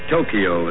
Tokyo